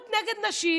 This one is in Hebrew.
שם בתא.